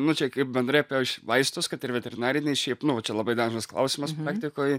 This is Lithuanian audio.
nu čia kaip bendrai apie vaistus kad ir veterinariniai šiaip nu čia labai dažnas klausimas praktikoj